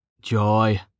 Joy